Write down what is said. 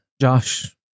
Josh